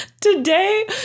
Today